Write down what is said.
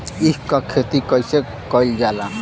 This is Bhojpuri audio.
ईख क खेती कइसे कइल जाला?